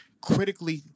critically